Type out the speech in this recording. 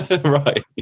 Right